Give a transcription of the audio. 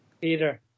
Peter